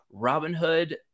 Robinhood